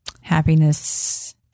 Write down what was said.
Happiness